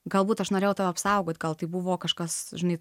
galbūt aš norėjau tave apsaugot gal tai buvo kažkas žinai